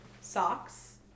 socks